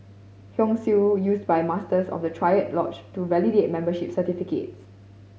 Hung Seal used by Masters of the triad lodge to validate membership certificates